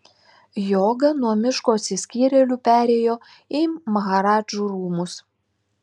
joga nuo miško atsiskyrėlių perėjo į maharadžų rūmus